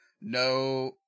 no